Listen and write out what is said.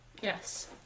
Yes